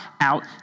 out